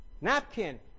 napkin